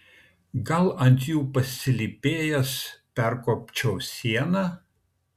gal ant jų pasilypėjęs perkopčiau sieną